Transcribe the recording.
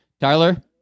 Tyler